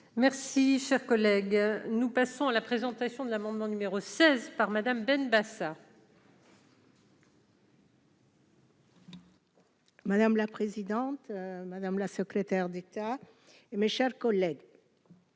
Merci, cher collègue, nous passons à la présentation de l'amendement numéro 16 par Madame Benbassa. Madame la présidente, madame la secrétaire d'État et mes chers collègues.